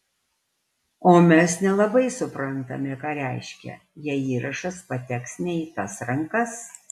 o mes nelabai suprantame ką reiškia jei įrašas pateks ne į tas rankas